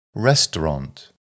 Restaurant